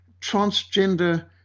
transgender